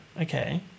Okay